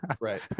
right